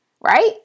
right